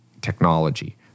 technology